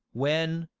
when,